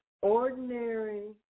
ordinary